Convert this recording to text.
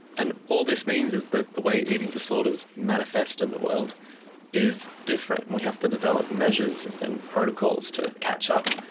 and all this means is that the way eating disorders manifest in the world is different and we have to develop measures and protocols to catch up.